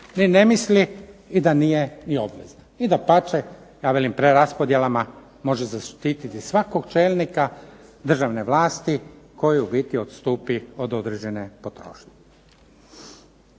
ni ne misli, i da nije ni obvezna, i dapače ja velim preraspodjelama može zaštititi svakog čelnika državne vlasti koji u biti odstupi od određene potrošnje.